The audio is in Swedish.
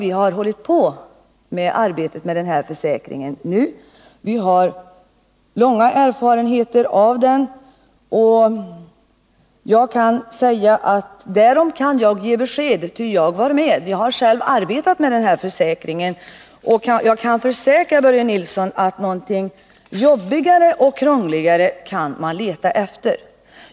Vi har dock arbetat med denna försäkring i fyra år nu. Vi har lång erfarenhet av hur den fungerar, och jag kan säga beträffande denna försäkring: Därom kan jag ge besked, ty jag var med. Jag har själv arbetat med den här försäkringen och jag kan försäkra Börje Nilsson att någonting jobbigare och krångligare får man leta efter.